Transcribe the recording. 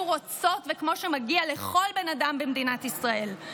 רוצות וכמו שמגיע לכל בן אדם במדינת ישראל.